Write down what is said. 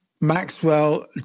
Maxwell